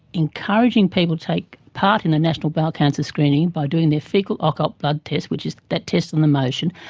encouraging people to take part in the national bowel cancer screening by doing their faecal occult blood test, which is that test on the motion,